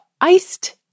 iced